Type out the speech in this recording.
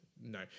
No